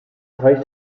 reicht